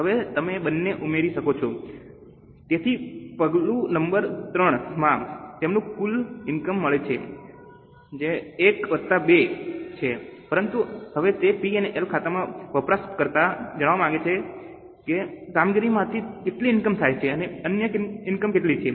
હવે તમે તે બંને ઉમેરી શકો છો તેથી પગલું નંબર III માં તમને કુલ ઇનકમ મળે છે જે I વત્તા II છે પરંતુ હવે તે P અને L ખાતાના વપરાશકર્તાઓ જાણવા માંગે છે કે કામગીરીમાંથી કેટલી ઇનકમ થાય છે અને અન્ય ઇનકમ કેટલી છે